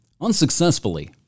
unsuccessfully